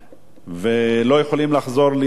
ולא יכולים לחזור לישראל.